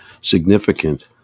significant